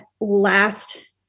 last